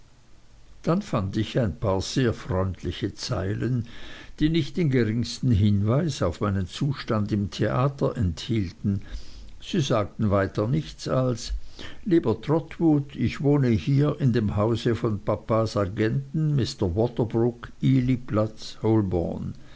dann fand ich ein paar sehr freundliche zeilen die nicht den geringsten hinweis auf meinen zustand im theater enthielten sie sagten weiter nichts als lieber trotwood ich wohne hier in dem hause von papas agenten mr waterbroock